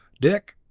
dick,